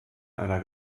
einer